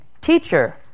Teacher